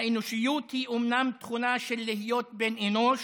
האנושיות היא אומנם תכונה של להיות בן אנוש,